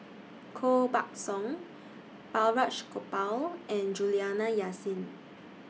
Koh Buck Song Balraj Gopal and Juliana Yasin